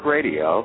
Radio